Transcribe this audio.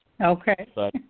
Okay